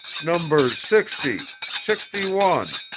numbers sixty, sixty one,